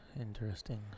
Interesting